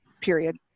period